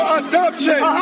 adoption